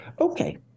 Okay